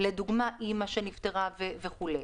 אמא שנפטרה וכו'.